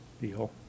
deal